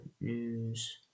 news